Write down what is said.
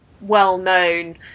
well-known